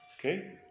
Okay